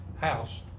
house